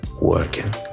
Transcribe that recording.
working